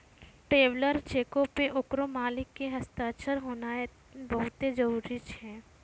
traveller चेको पे ओकरो मालिक के हस्ताक्षर होनाय बहुते जरुरी छै